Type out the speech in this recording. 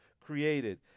created